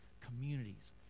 communities